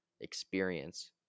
experience